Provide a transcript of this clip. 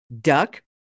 duck